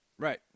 Right